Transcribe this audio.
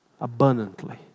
abundantly